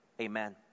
Amen